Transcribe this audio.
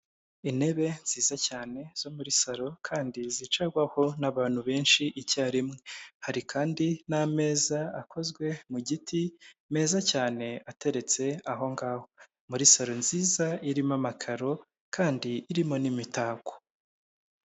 Intebe nziza cyane zo muri saro kandi zicarwaho n'abantu benshi icyarimwe, hari kandi n'amezaza akozwe mu giti meza cyane ateretse aho ngaho, muri saro nziza irimo amakaro kandi irimo n'imitako.